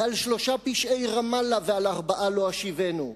ועל שלושה פשעי רמאללה ועל ארבעה לא אשיבנו,